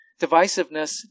Divisiveness